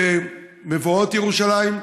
במבואות ירושלים,